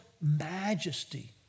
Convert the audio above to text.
majesty